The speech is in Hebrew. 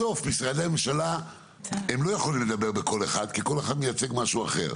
בסוף משרדי הממשלה לא יכולים לדבר בקול אחד כי כל אחד מייצג משהו אחר,